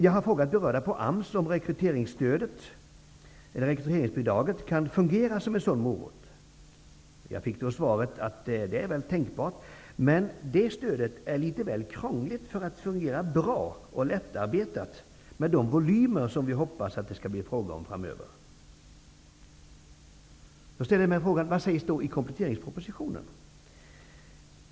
Jag har frågat berörda på AMS om rekryteringsbidraget kan fungera som en sådan morot. Jag fick då svaret att det väl var tänkbart, men att det stödet är litet väl krångligt för att fungera bra och lättarbetat med de volymer som vi hoppas att det skall bli fråga om framöver. Jag ställde mig frågan: Vad sägs då i kompletteringspropositionen?